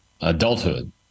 adulthood